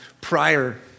prior